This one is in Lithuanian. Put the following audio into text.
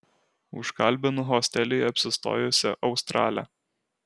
užkalbinu hostelyje apsistojusią australę